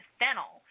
fennel